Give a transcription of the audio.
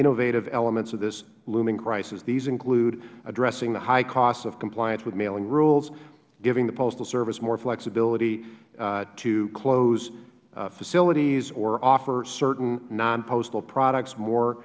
innovative elements of this looming crisis these include addressing the high cost of compliance with mailing rules giving the postal service more flexibility to close facilities or offer certain non postal products more